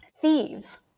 thieves